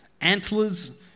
Antlers